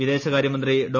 വിദേശകാര്യ മന്ത്രി ഡോ